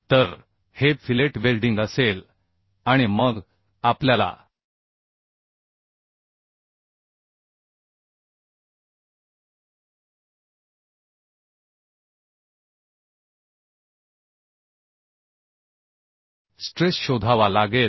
तर हे fillet welding असेल आणि मग आपल्याला स्ट्रेस शोधावा लागेल